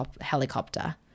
helicopter